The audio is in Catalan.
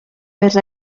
vers